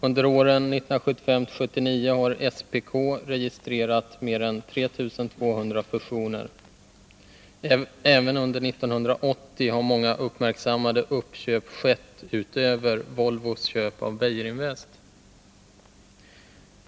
Under åren 1975-1979 har SPK registrerat mer än 3 200 fusioner. Även under 1980 har många uppmärksammade uppköp skett utöver Volvos köp av Beijerinvest.